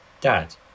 dad